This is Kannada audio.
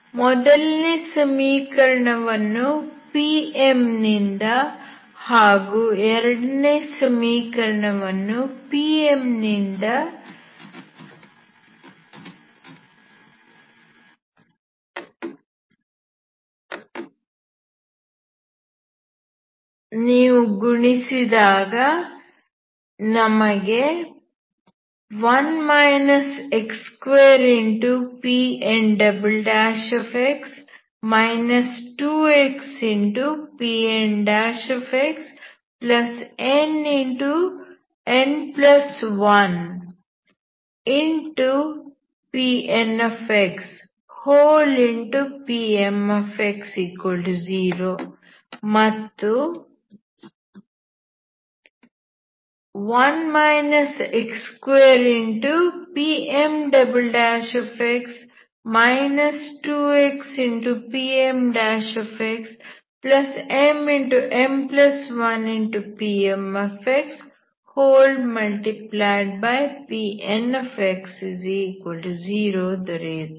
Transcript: ಮೊದಲನೇ ಸಮೀಕರಣವನ್ನು Pm ನಿಂದ ಹಾಗೂ ಎರಡನೇ ಸಮೀಕರಣವನ್ನು Pn ನಿಂದ ಗುಣಿಸಿದಾಗ ನಮಗೆ 1 x2Pnx 2xPnxnn1PnxPm0 ಮತ್ತು 1 x2Pmx 2xPmxmm1PmxPnx0 ದೊರೆಯುತ್ತದೆ